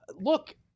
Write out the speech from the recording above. look